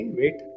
wait